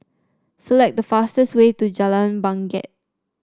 select the fastest way to Jalan Bangket